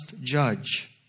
judge